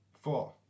Four